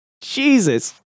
jesus